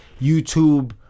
YouTube